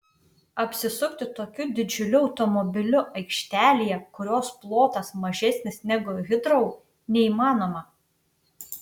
apsisukti tokiu didžiuliu automobiliu aikštelėje kurios plotas mažesnis negu hitrou neįmanoma